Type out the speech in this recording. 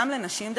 גם לנשים,